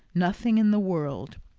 nothing in the world.